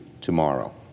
tomorrow